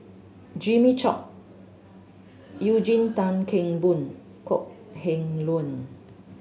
Jimmy Chok Eugene Tan Kheng Boon Kok Heng Leun